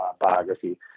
biography